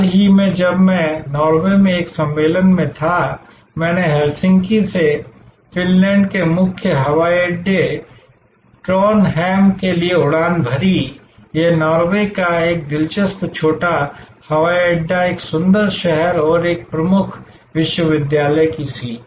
हाल ही में जब मैं नॉर्वे में एक सम्मेलन में था मैंने हेलसिंकी से फ़िनलैंड के मुख्य हवाई अड्डे ट्रॉनहैम के लिए उड़ान भरी यह नॉर्वे का एक दिलचस्प छोटा हवाई अड्डा एक सुंदर शहर और एक प्रमुख विश्वविद्यालय की सीट